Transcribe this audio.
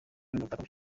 umukinnyi